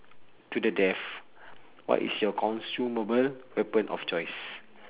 to the death what is your consumable weapon of choice